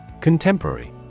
Contemporary